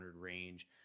range